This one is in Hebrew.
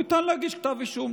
ניתן להגיש כתב אישום,